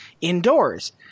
indoors